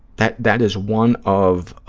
that that is one of,